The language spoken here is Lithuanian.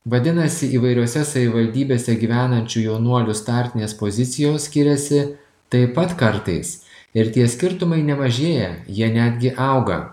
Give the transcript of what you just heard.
vadinasi įvairiose savivaldybėse gyvenančių jaunuolių startinės pozicijos skiriasi taip pat kartais ir tie skirtumai nemažėja jie netgi auga